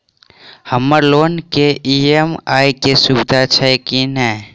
हम्मर लोन केँ ई.एम.आई केँ सुविधा छैय की नै?